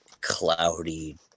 cloudy